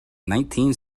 nineteen